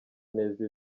neza